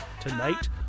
tonight